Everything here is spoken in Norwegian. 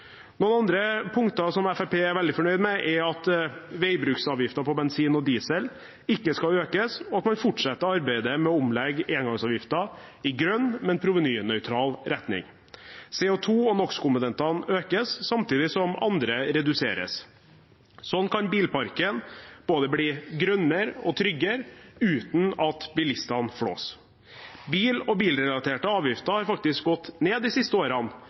Noen andre punkter som Fremskrittspartiet er veldig fornøyd med, er at veibruksavgiften på bensin og diesel ikke skal økes, og at man fortsetter arbeidet med å legge om engangsavgiften i en grønn, men provenynøytral retning. CO 2 - og NO x -komponentene økes, samtidig som andre reduseres. Slik kan bilparken bli både grønnere og tryggere uten at bilistene flås. Bil- og bilrelaterte avgifter har faktisk gått ned de siste årene,